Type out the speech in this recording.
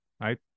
right